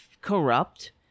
corrupt